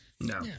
No